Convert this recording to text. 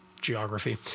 geography